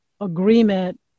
agreement